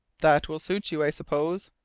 that will suit you, i suppose?